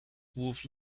wolf